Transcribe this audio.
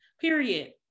Period